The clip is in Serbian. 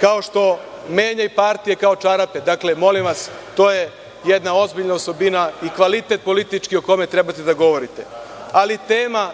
kao što menja partije kao čarape? Dakle, molim vas, to je jedna ozbiljna osobina i kvalitet politički o kome treba da govorite. Ali, tema